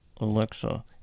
Alexa